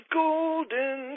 golden